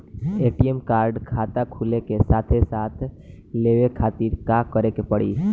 ATM card खाता खुले के साथे साथ लेवे खातिर का करे के पड़ी?